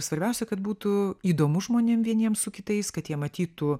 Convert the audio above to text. svarbiausia kad būtų įdomu žmonėm vieniem su kitais kad jie matytų